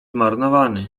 zmarnowany